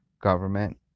government